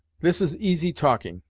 this is easy talking,